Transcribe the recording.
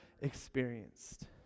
experienced